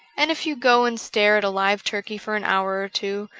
and if you go and stare at a live turkey for an hour or two,